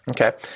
okay